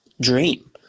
dream